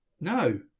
No